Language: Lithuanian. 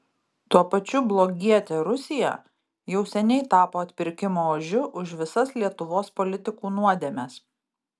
tuo pačiu blogietė rusija jau seniai tapo atpirkimo ožiu už visas lietuvos politikų nuodėmes